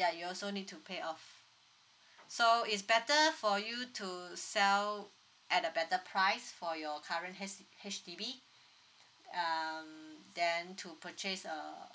ya you also need to pay off so it's better for you to sell at a better price for your current H H_D_B um then to purchase uh